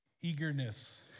eagerness